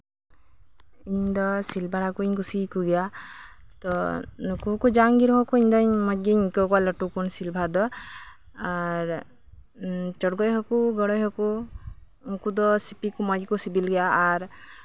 ᱤᱧ ᱫᱚ ᱥᱤᱞᱵᱷᱟᱨᱠᱚᱧ ᱠᱩᱥᱤᱭ ᱟᱠᱚ ᱜᱮᱭᱟ ᱱᱩᱠᱩ ᱦᱚᱸᱠᱚ ᱡᱟᱝ ᱜᱮ ᱨᱮᱦᱚᱸ ᱠᱚ ᱢᱚᱸᱡ ᱜᱤᱧ ᱟᱹᱭᱠᱟᱹᱣ ᱠᱚᱣᱟ ᱞᱟᱹᱴᱩ ᱠᱚ ᱥᱤᱞᱵᱷᱟᱨ ᱫᱚ ᱟᱨ ᱪᱚᱲᱜᱚᱡ ᱦᱟᱹᱠᱩ ᱜᱟᱹᱲᱟᱹᱭ ᱦᱟᱹᱠᱩ ᱩᱱᱠᱩ ᱫᱤ ᱥᱤᱯᱤ ᱠᱚ ᱢᱚᱸᱡ ᱜᱮᱠᱚ ᱥᱤᱵᱤᱞ ᱜᱮᱭᱟ ᱟᱨ